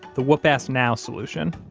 the whoopass now solution.